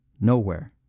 Nowhere